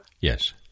Yes